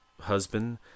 husband